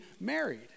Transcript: married